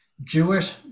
Jewish